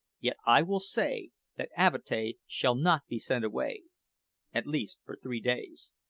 yet i will say that avatea shall not be sent away at least, for three days.